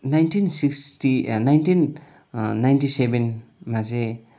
nineteen sixty nineteen ninety सेभेनमा चाहिँ